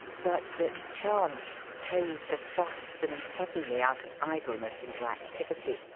but that chance chose to thrust them suddenly out of idleness into activity,